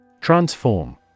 Transform